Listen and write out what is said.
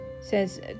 says